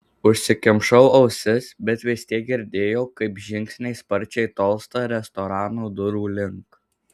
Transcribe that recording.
užsikimšau ausis bet vis tiek girdėjau kaip žingsniai sparčiai tolsta restorano durų link